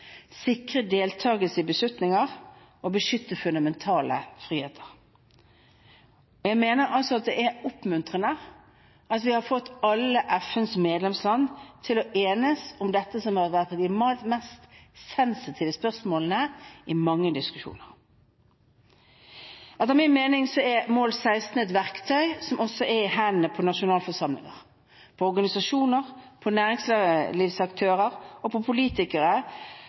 sikre deltagelse i beslutninger og beskytte fundamentale friheter. Jeg mener det er oppmuntrende at vi har fått alle FNs medlemsland til å enes om dette som har vært et av de mest sensitive spørsmålene i mange diskusjoner. Etter min mening er mål 16 et verktøy i hendene på nasjonalforsamlinger, organisasjoner, næringslivsaktører og politikere